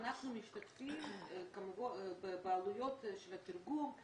אנחנו משתתפים בעלויות של התרגום.